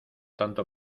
tanto